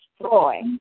destroy